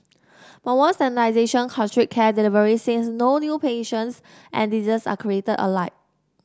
but won't standardisation constrict care delivery since no new patients and disease are created alike